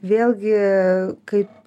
vėlgi kaip